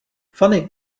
fany